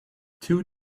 two